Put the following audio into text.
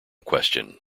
question